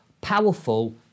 powerful